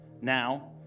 Now